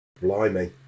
blimey